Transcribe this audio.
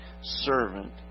servant